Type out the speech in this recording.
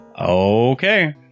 Okay